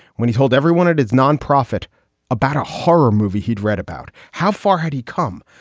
when he told everyone at his nonprofit about a horror movie, he'd read about how far had he come.